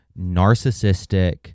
narcissistic